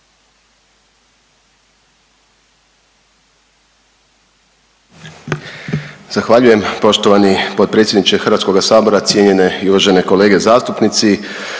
Zahvaljujem poštovani potpredsjedniče Hrvatskog sabora. Cijenjene i uvažene kolege zastupnici,